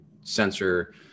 sensor